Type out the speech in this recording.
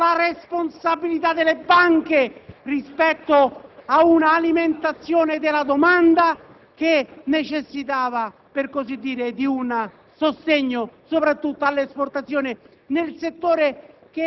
Dallo scorso anno abbiamo assistito ad una distorsione e ad un mancato rispetto di queste norme. Non occorrerebbe una legge per far rispettare tutto ciò,